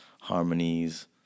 Harmonies